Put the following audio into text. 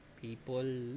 people